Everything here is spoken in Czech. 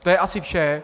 To je asi vše.